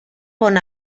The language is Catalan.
bon